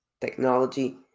Technology